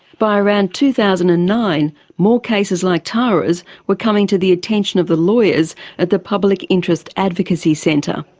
by around two thousand and nine, more cases like tara's were coming to the attention of the lawyers at the public interest advocacy centre.